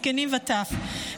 זקנים וטף?